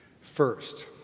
First